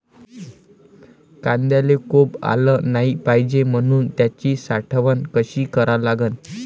कांद्याले कोंब आलं नाई पायजे म्हनून त्याची साठवन कशी करा लागन?